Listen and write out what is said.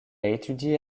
étudié